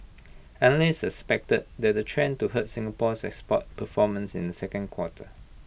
analysts expected that the trend to hurt Singapore's export performance in the second quarter